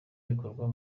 bigakorwa